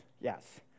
Yes